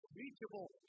reachable